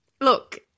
Look